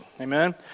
Amen